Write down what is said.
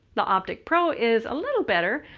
the opticpro is a little better,